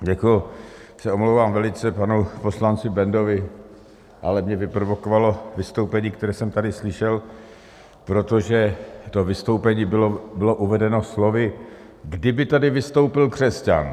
Já se omlouvám velice panu poslanci Bendovi, ale mě vyprovokovalo vystoupení, které jsem tady slyšel, protože to vystoupení bylo uvedeno slovy: Kdyby tady vystoupil křesťan.